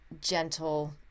gentle